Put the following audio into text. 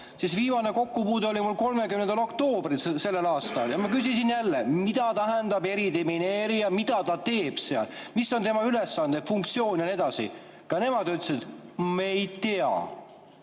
Viimane kokkupuude oli mul 30. oktoobril sellel aastal. Ma küsisin jälle, mida tähendab eridemineerija, mida ta teeb, mis on tema ülesanded, funktsioon ja nii edasi. Ka nemad ütlesid: "Me ei tea."